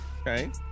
Okay